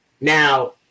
Now